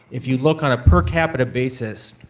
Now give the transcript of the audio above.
if you look on a per capita basis,